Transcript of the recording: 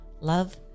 love